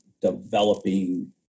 developing